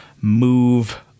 move